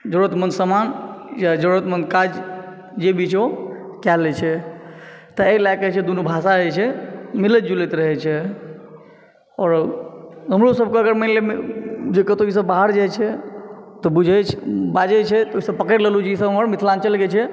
जरूरतमन्द समान या जरूरतमन्द काज जे बीच ओ कय लय छै ताहि लए कऽ दुनू भाषा जे छै मिलैत जुलैत रहै छै आओर हमरो सभक अगर मानि लिअ जे कतौ ई सभ बाहर जाइ छै तऽ बुझै बाजै छै तऽ ओहिसँ पकड़ि लेलहुॅं ई सभ हमर मिथिलाञ्चल के छियै